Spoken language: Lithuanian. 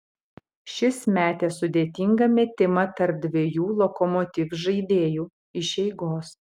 šis metė sudėtingą metimą tarp dviejų lokomotiv žaidėjų iš eigos